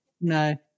No